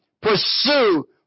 Pursue